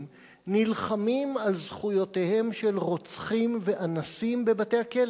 נלחמים על זכויותיהם של רוצחים ואנסים בבתי-הכלא.